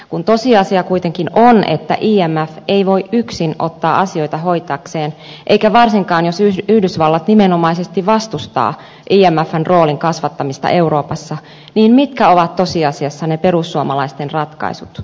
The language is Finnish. kun tosiasia kuitenkin on että imf ei voi yksin ottaa asioita hoitaakseen eikä varsinkaan jos yhdysvallat nimenomaisesti vastustaa imfn roolin kasvattamista euroopassa niin mitkä ovat tosiasiassa ne perussuomalaisten ratkaisut